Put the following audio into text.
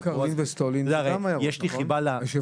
גם קרלין וסטולין זה עיירות, נכון?